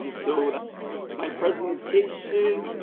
um so, that's my presentation.